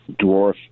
dwarf